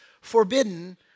forbidden